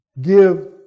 give